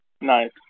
Nice